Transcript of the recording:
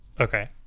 Okay